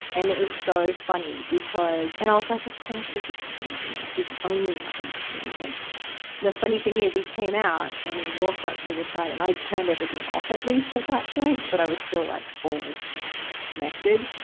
and it was so funny, because and i was like, of course this is happening to me. this only happens to me. like the funny thing is, he came out and he walked up to the side. and i turned everything off, at least, at that point. but i was still like connected.